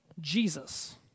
Jesus